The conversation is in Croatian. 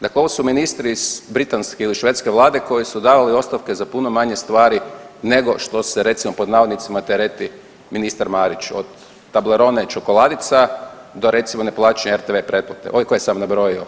Dakle, ovo su ministri iz Britanske ili Švedske vlade koji su davali ostavke za puno manje stvari nego što se recimo pod navodnicima tereti ministar Marić, od tablerona i čokoladica do recimo ne plaćanja RTV pretplate, ove koje sam nabrojio.